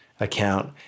account